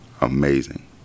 amazing